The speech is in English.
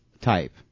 type